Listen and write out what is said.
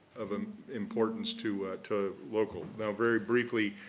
of um importance to to local. now, very briefly,